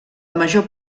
major